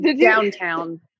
Downtown